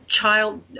child